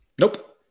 Nope